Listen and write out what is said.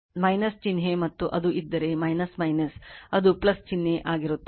ಆದ್ದರಿಂದ ಅದು ಚಿಹ್ನೆ ಮತ್ತು ಅದು ಇದ್ದರೆ ಅದು ಚಿಹ್ನೆ ಆಗಿರುತ್ತದೆ